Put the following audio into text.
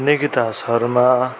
Nikita Sharma